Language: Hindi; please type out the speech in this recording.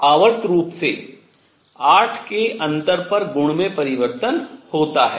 आवर्त रूप से 8 के अंतर पर गुण में परिवर्तन होता है